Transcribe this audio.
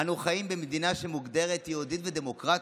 "אנו חיים במדינה שמוגדרת יהודית ודמוקרטית.